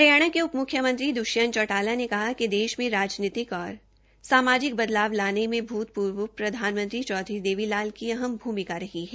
हरियाणा के उपम्ख्यमंत्री श्री द्वष्यंत चौटाला ने कहा कि देश में राजनीतिक और सामाजिक बदलाव लाने में भूतपूर्व उप प्रधानमंत्री चौधरी देवीलाल की अहम भूमिका रही है